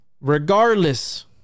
Regardless